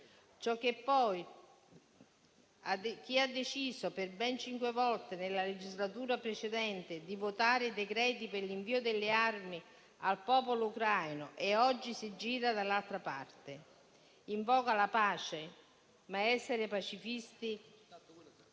C'è poi chi ha deciso, per ben cinque volte nella legislatura precedente, di votare decreti per l'invio delle armi al popolo ucraino e oggi si gira dall'altra parte. Invoca la pace, ma essere pacifisti